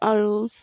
আৰু